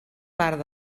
part